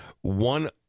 one